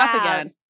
again